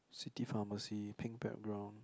city pharmacy pink background